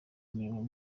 imirimo